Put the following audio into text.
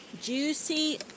juicy